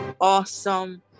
Awesome